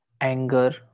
anger